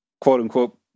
quote-unquote